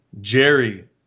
Jerry